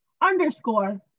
underscore